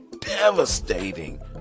devastating